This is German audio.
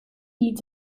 nie